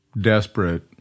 desperate